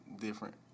different